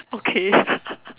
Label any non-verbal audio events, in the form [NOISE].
okay [LAUGHS]